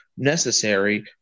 necessary